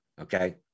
Okay